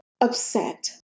upset